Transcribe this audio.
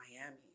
Miami